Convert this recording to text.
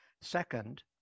Second